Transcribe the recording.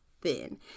thin